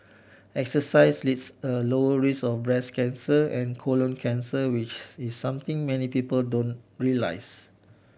exercise leads a lower risk of breast cancer and colon cancer which is something many people don't realise